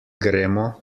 gremo